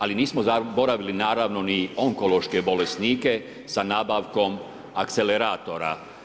Ali nismo zaboravili naravno ni onkološke bolesnike sa nabavkom akceleratora.